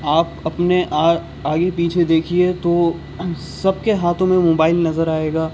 آپ اپنے آگے پیچھے دیکھیے تو ہم سب کے ہاتھوں میں موبائل نظر آئے گا